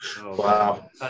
wow